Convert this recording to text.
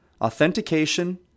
authentication